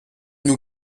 nous